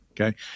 Okay